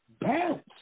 Bounce